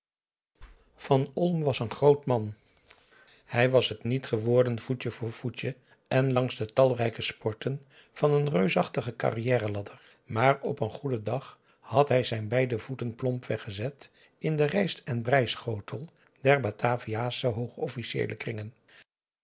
van olm was een groot man hij was het niet geworden voetje voor voetje en langs de talrijke sporten van een reusachtige carrière ladder maar op een goeden dag had hij zijn beide voeten plompweg gezet in den rijst en brij schotel der bataviasche hooge officieelen kringen